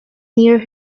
near